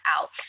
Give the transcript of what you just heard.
out